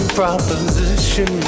proposition